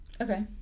Okay